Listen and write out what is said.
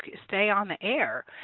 stay on the air.